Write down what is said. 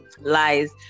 lies